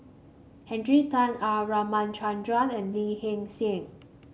Henry Tan R Ramachandran and Lee Hee Seng